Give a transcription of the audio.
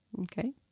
Okay